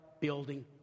building